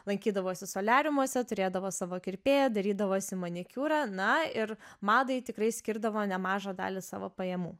lankydavosi soliariumuose turėdavo savo kirpėją darydavosi manikiūrą na ir madai tikrai skirdavo nemažą dalį savo pajamų